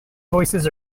voices